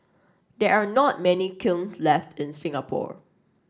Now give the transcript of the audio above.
there are not many kiln left in Singapore